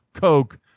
coke